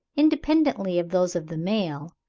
independently of those of the male,